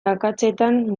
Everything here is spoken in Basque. akatsetan